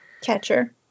Catcher